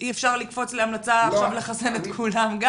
אי אפשר לקפוץ עכשיו להמלצה לחסן את כולם.